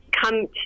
come